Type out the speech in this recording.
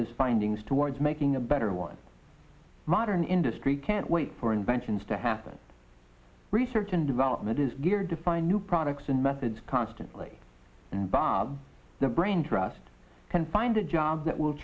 is findings towards making a better one modern industry can't wait for inventions to happen research and development is geared to find new products and methods constantly and bob the brain trust can find a job that will